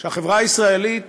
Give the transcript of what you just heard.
שהחברה הישראלית